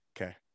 Okay